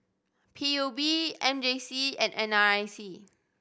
P U B M J C and N R I C